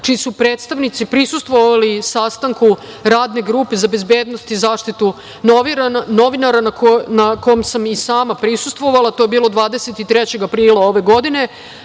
čiji su predstavnici prisustvovali sastanku Radne grupe za bezbednost i zaštitu novinara na kom sam i sama prisustvovala. To je bilo 23. aprila ove godine,